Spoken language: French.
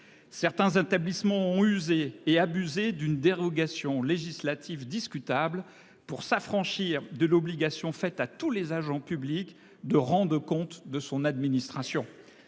Certains établissements ont usé et abusé d'une dérogation législatif discutable pour s'affranchir de l'obligation faite à tous les agents publics de rende compte de son administration.